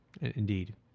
indeed